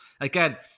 Again